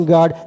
God